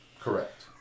Correct